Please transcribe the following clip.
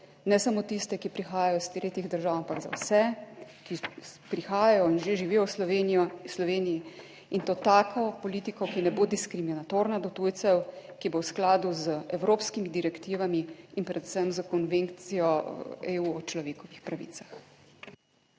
ne samo tiste, ki prihajajo iz tretjih držav, ampak za vse, ki prihajajo in že živijo v Sloveniji in to tako politiko, ki ne bo diskriminatorna do tujcev, ki bo v skladu z evropskimi direktivami in predvsem s konvencijo EU o človekovih pravicah.